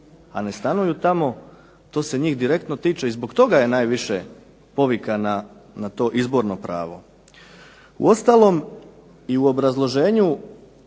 a ne stanuju tamo, to se njih direktno tiče i zbog toga je najviše povika na to izborno pravo. Uostalom i u obrazloženju